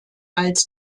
als